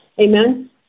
Amen